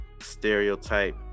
stereotype